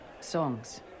songs